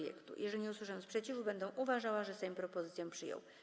Jeżeli nie usłyszę sprzeciwu, będę uważała, że Sejm propozycję przyjął.